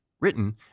Written